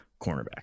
cornerback